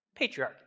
patriarchy